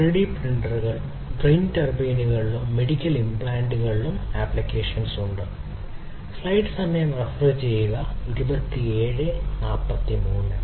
3 D പ്രിന്ററുകൾക്ക് wind ടർബൈനുകളിലും medical ഇംപ്ലാന്റുകളിലും ആപ്ലിക്കേഷനുകൾ ഉണ്ട്